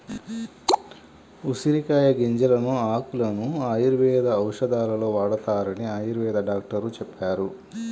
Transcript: ఉసిరికాయల గింజలను, ఆకులను ఆయుర్వేద ఔషధాలలో వాడతారని ఆయుర్వేద డాక్టరు చెప్పారు